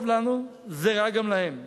זה לא טוב לנו, וזה רע גם להם.